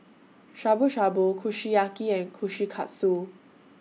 Shabu Shabu Kushiyaki and Kushikatsu